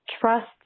trust